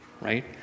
right